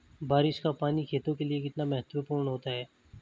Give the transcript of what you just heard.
बारिश का पानी खेतों के लिये कितना महत्वपूर्ण होता है?